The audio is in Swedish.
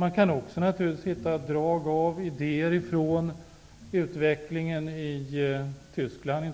Man kan också hitta drag av idéer från utvecklingen inte minst i Tyskland,